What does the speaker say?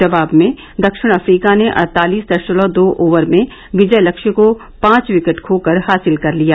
जवाब में दक्षिण अफ्रीका ने अड़तालीस दशमलव दो ओवर में विजय लक्ष्य को पांच विकेट खोकर हासिल कर लिया